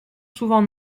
souvent